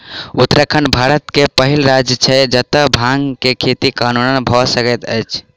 उत्तराखंड भारत के पहिल राज्य छै जतअ भांग के खेती कानूनन भअ सकैत अछि